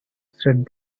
said